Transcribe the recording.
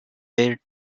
paired